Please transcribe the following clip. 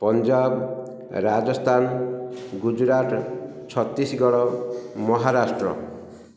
Punjab Rajasthan Gujarat Chhattisgarh Maharashtra